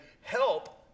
help